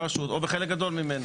רוח הדברים, אני חושבת, מוסכמת.